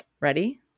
ready